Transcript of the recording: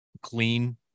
clean